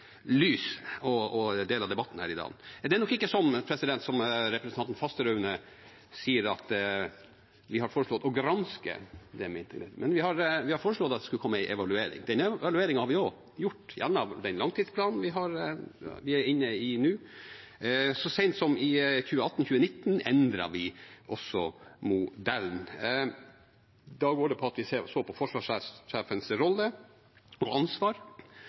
lys og sin rettmessige del av debatten her i dag. Det er nok ikke slik som representanten Fasteraune sier, at vi har foreslått å granske det med integritet, men vi har foreslått at det skal komme en evaluering. Den evalueringen har vi også gjort, gjennom den langtidsplanen vi er inne i nå. Så sent som i 2018–2019 endret vi også modellen. Da handlet det om at vi så på forsvarssjefens rolle og ansvar,